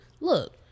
Look